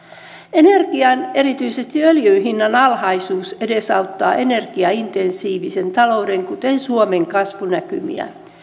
energian erityisesti öljyn hinnan alhaisuus edesauttaa energiaintensiivisen talouden kuten suomen kasvunäkymiä